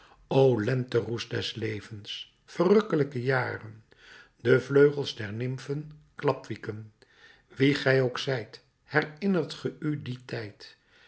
o lenteroes des levens verrukkelijke jaren de vleugels der nimfen klapwieken wie gij ook zijt herinnert ge u dien tijd